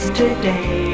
today